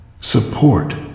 support